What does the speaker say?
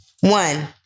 One